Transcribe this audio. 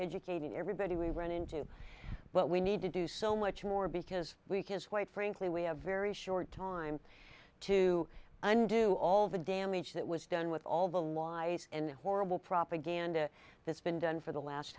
educating everybody we went into but we need to do so much more because we can't quite frankly we have very short time to undo all the damage that was done with all the lies and horrible propaganda that's been done for the last